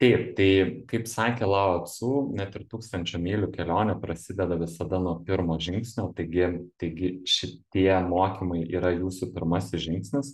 taip tai kaip sakė lao tcu net ir tūkstančio mylių kelionė prasideda visada nuo pirmo žingsnio taigi taigi šitie mokymai yra jūsų pirmasis žingsnis